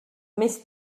més